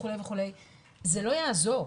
זה לא יעזור.